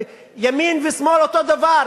ימין ושמאל אותו דבר.